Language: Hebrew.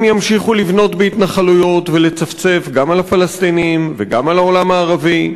אם ימשיכו לבנות בהתנחלויות ולצפצף גם על הפלסטינים וגם על העולם הערבי,